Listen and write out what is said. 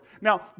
Now